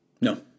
No